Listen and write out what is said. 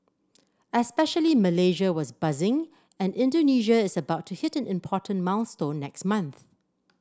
especially Malaysia was buzzing and Indonesia is about to hit an important milestone next month